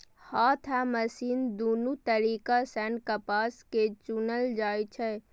हाथ आ मशीन दुनू तरीका सं कपास कें चुनल जाइ छै